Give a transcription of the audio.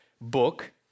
book